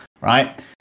right